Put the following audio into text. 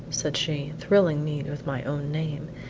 said she, thrilling me with my own name.